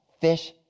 fish